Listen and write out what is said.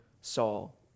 Saul